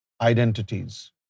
identities